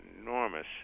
enormous